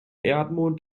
erdmond